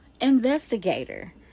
investigator